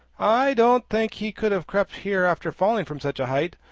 i don't think he could have crept here after falling from such a height.